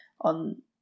on